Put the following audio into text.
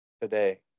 today